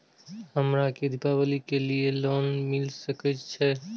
हमरा के दीपावली के लीऐ लोन मिल सके छे?